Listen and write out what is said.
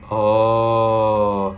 orh